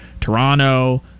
Toronto